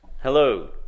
Hello